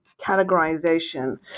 categorization